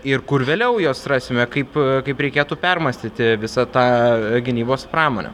ir kur vėliau juos rasime kaip kaip reikėtų permąstyti visą tą gynybos pramonę